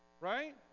Right